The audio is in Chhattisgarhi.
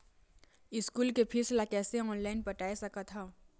स्कूल के फीस ला कैसे ऑनलाइन पटाए सकत हव?